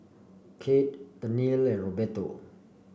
Cade Tennille and Roberto